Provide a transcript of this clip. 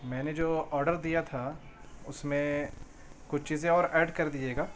میں نے جو آڈر دیا تھا اس میں کچھ چیزیں اور ایڈ کر دیجیے گا